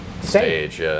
stage